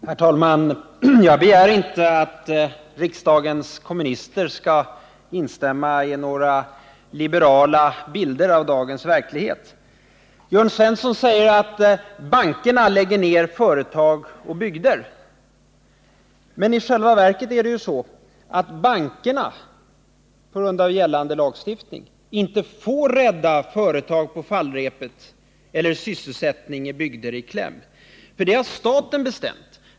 Herr talman! Jag begär inte att riksdagens kommunister skall instämma i några liberala bilder av dagens verklighet. Jörn Svensson säger att bankerna lägger ner företag och bygder. Men i själva verket är det ju så att bankerna, på grund av gällande lagstiftning, inte får rädda företag på fallrepet eller sysselsättning i bygder i kläm. Det har staten bestämt.